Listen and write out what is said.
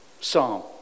Psalm